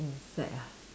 insect ah